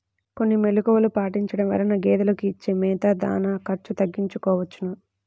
కొన్ని మెలుకువలు పాటించడం వలన గేదెలకు ఇచ్చే మేత, దాణా ఖర్చు తగ్గించుకోవచ్చును